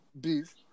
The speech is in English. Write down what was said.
beef